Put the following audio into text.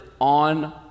on